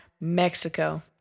Mexico